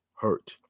hurt